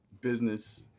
business